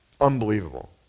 unbelievable